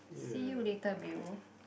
see you later Bill